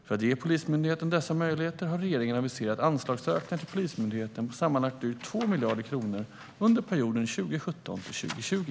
För att ge Polismyndigheten dessa möjligheter har regeringen aviserat anslagsökningar till Polismyndigheten på sammanlagt drygt 2 miljarder kronor under perioden 2017-2020.